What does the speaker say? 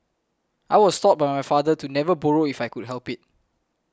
I was taught by my father to never borrow if I could help it